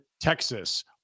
Texas